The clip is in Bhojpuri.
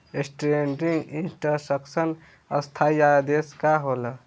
स्टेंडिंग इंस्ट्रक्शन स्थाई आदेश का होला?